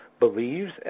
believes